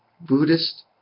Buddhist